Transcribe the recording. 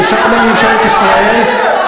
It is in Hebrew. אני שר בממשלת ישראל,